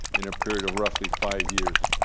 in a period of roughly five years.